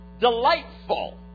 delightful